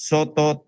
Soto